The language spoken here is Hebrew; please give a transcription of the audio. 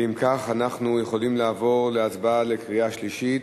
ואם כך, אנחנו יכולים לעבור להצבעה לקריאה שלישית.